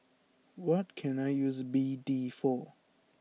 what can I use B D for